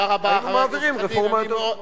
היינו מעבירים רפורמה יותר טובה.